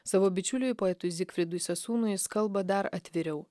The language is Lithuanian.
savo bičiuliui poetui zigfridui sesūnui jis kalba dar atviriau